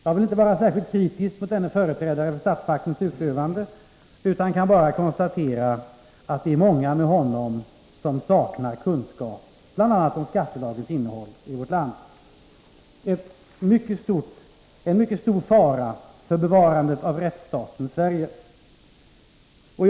Jag vill inte vara särskilt kritisk mot denne företrädare för statsmaktens utövande, utan kan bara konstatera att det är många med honom som saknar kunskap om bl.a. skattelagens innehål! i vårt land. Detta innebär en mycket stor fara för bevarandet av rättsstaten Sverige.